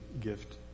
gift